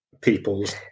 people's